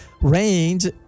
range